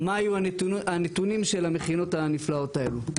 מה יהיו הנתונים של המכינות הנפלאות האלה?